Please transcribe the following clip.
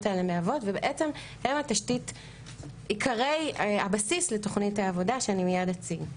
האלה מהוות ובעצם הן עיקרי הבסיס לתוכנית העבודה שאני מייד אציג.